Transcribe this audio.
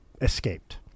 escaped